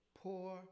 poor